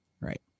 Right